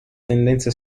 tendenza